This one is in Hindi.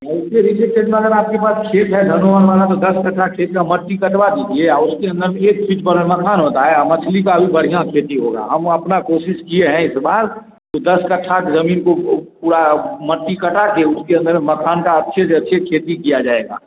ऐसे रिलेटेड में अगर आपके पास खेत है दस कट्ठा खेत का मट्टी कटवा दीजिए आ उसके अंदर में एक होता है वहाँ मछली का भी बढ़िया खेती होगा हम अपना कोशिश किए हैं इस बार कि दस कट्ठा की ज़मीन को पूरा मट्टी कटा के उसके अंदर में माखान अच्छे से अच्छे खेती किया जाएगा